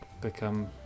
become